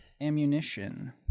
ammunition